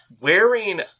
wearing